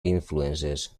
influences